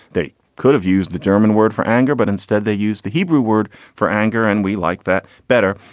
they could have used the german word for anger, but instead they used the hebrew word for anger and we like that better,